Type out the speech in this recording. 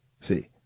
See